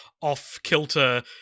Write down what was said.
off-kilter